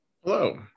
Hello